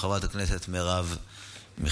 חברת הכנסת מרב מיכאלי,